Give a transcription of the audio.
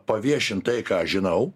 paviešint tai ką žinau